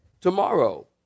tomorrow